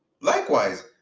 Likewise